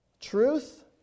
Truth